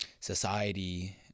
society